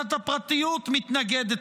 להגנת הפרטיות מתנגדת